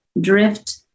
drift